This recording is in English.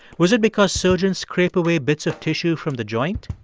was it because surgeons scrape away bits of tissue from the joint?